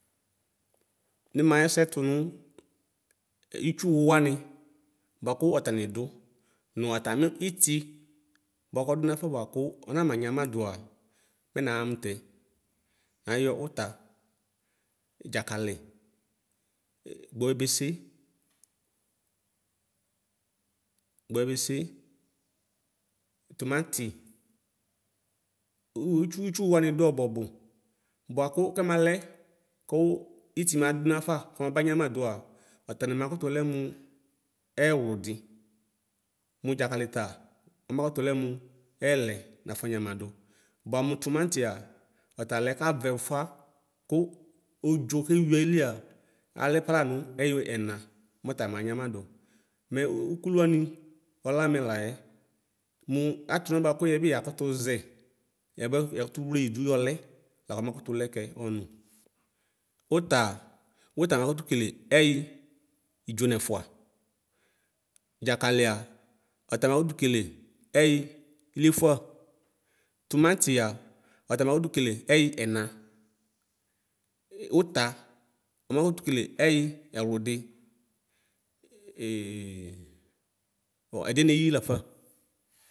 Nimaxɛsɛ tʋnʋ ʋtsiwʋ wani bʋakʋ atami dʋ nʋ atami ti bʋakʋ ɔdunafa bʋakʋ ɔnama nyama dʋa mɛ nɛxa mʋtɛ nayɔ ʋta dzakali gbɔɛbese gbɔɛbese tʋmanti itsʋnʋ wani dʋ ɔbʋ ɔbʋ bʋakʋ kɛmalɛ ko itimadʋ nafa kɔmaba nyamadʋa atini makʋtʋ lɛ mʋ ɛwludi mʋ dzakali ta ɔmakʋtʋ lɛmʋ ɛlɛ nafɔ nyamadʋ bʋanʋ tʋmantia ɔtalɛ kavɛ ʋfʋa odzo kewi alia alɛ paa lanʋ ɛyi ɛna mɔta manyama dʋ mɛ ʋkʋlʋ wani ɔlamɛyalɛ mʋ atanalɛ bʋakʋ yɛbi yakʋtʋzɛ yaba yakʋtʋ wledʋ yɔlɛ lakʋ ɔmakʋtʋ lɛkɛ ɔnʋ ʋtaa uta ɔmukʋtʋ kele ɛyi idzo nɛfʋa dzakalia ɔta makʋtʋ kele ɛyi diefʋa tʋmantia ɔtamakʋtʋ kele ɛyi ɛma ʋta ɔmakʋtʋ kele ɛyi ɛwlʋdi ɛdiɛ neyi lafa.